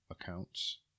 accounts